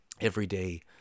everyday